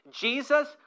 Jesus